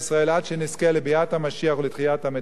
עד שנזכה לביאת המשיח ולתחיית המתים.